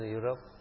Europe